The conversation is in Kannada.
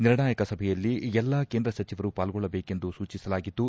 ನಿರ್ಣಾಯಕ ಸಭೆಯಲ್ಲಿ ಎಲ್ಲಾ ಕೇಂದ್ರ ಸಚಿವರು ಪಾಲ್ಗೊಳ್ಳಬೇಕೆಂದು ಸೂಚಿಸಲಾಗಿದ್ದು